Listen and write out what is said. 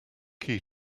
key